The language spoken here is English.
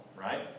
right